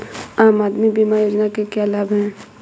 आम आदमी बीमा योजना के क्या लाभ हैं?